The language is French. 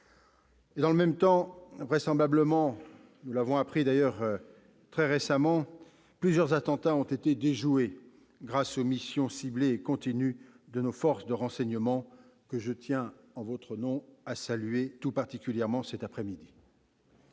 Dans le même temps, ainsi que nous l'avons appris très récemment, plusieurs attentats ont été déjoués grâce aux missions ciblées et continues de nos forces de renseignement, que je tiens, en votre nom, à saluer tout particulièrement. Bien